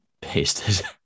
pasted